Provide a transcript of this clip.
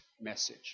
message